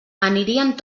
anirien